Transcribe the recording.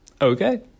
Okay